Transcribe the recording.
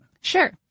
Sure